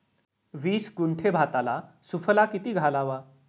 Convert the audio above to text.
वीस गुंठे भाताला सुफला किती घालावा?